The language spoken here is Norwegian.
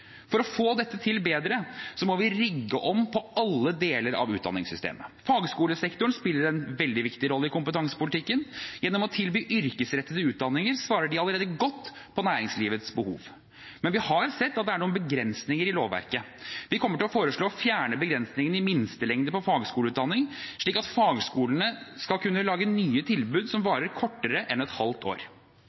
for å få dette bedre til må vi rigge om på alle deler av utdanningssystemet. Fagskolesektoren spiller en veldig viktig rolle i kompetansepolitikken. Gjennom å tilby yrkesrettete utdanninger svarer de allerede godt på næringslivets behov. Men vi har sett at det er noen begrensninger i lovverket. Vi kommer til å foreslå å fjerne begrensningen i minstelengden på fagskoleutdanning, slik at fagskolene skal kunne lage nye tilbud som varer kortere enn et halvt år.